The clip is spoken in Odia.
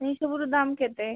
ଏଇ ସବୁର ଦାମ୍ କେତେ